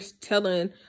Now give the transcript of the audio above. telling